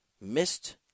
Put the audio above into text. missed